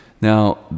Now